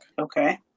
Okay